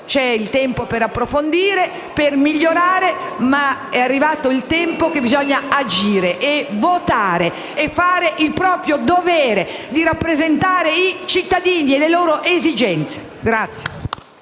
c'è il tempo per approfondire e per migliorare, ma è arrivato il tempo di agire, votare, fare il proprio dovere e rappresentare i cittadini e le loro esigenze.